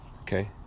okay